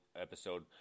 episode